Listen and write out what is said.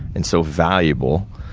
and so valuable,